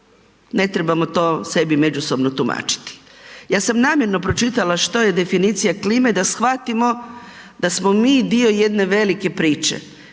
ne trebamo to sebi međusobno tumačiti. Ja sam namjerno pročitala što je definicija klime da shvatimo da smo mi dio jedne velike priče.